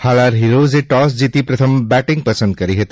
હાલાર હીરોઝે ટોસ જીતી પ્રથમ બેટિંગ પસંદ કરી હતી